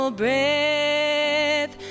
breath